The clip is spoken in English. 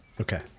Okay